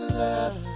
love